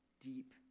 deep